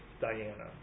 Diana